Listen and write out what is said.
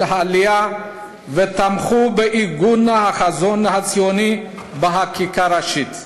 העלייה ותמכו בעיגון החזון הציוני בחקיקה ראשית.